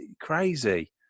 crazy